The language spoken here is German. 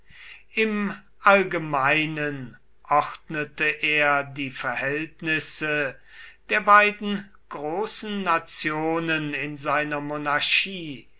im allgemeinen ordnete er die verhältnisse der beiden großen nationen in seiner monarchie